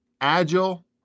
agile